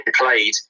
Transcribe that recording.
played